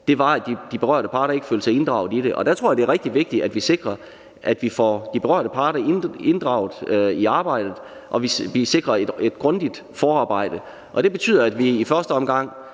at de berørte parter ikke følte sig inddraget i det. Der tror jeg, det er rigtig vigtigt, at vi sikrer, at vi får de berørte parter inddraget i arbejdet og sikrer et grundigt forarbejde. Og det betyder, at vi i første omgang